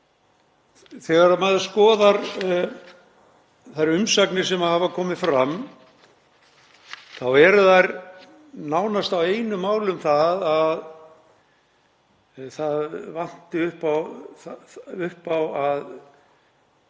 Þegar maður skoðar þær umsagnir sem hafa komið fram þá eru þær nánast á einu máli um að það vanti upp á að